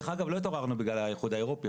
דרך אגב לא התעוררנו בגלל האיחוד האירופאי,